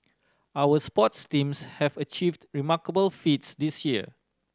our sports teams have achieved remarkable feats this year